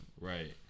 Right